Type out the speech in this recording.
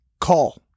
call